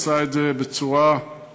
עשה את זה בצורה מצוינת,